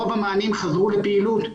רוב המענים חזרו לפעילות.